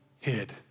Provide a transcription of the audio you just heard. hid